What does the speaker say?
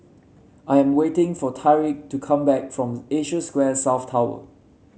I am waiting for Tyrique to come back from Asia Square South Tower